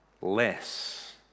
less